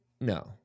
no